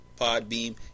PodBeam